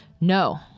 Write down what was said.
no